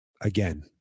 again